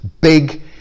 big